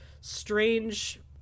strange